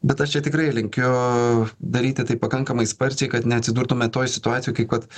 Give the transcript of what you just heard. bet aš čia tikrai linkiu daryti tai pakankamai sparčiai kad neatsidurtume toj situacijoj kaip vat